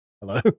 Hello